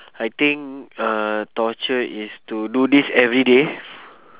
I think uh torture is to do this everyday